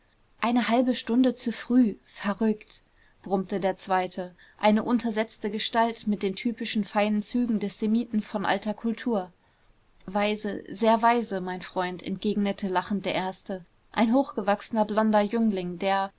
eine halbe stunde zu früh verrückt brummte der zweite eine untersetzte gestalt mit den typischen feinen zügen des semiten von alter kultur weise sehr weise mein freund entgegnete lachend der erste ein hochgewachsener blonder jüngling der